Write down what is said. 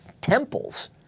temples